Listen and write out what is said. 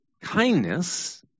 Kindness